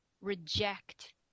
reject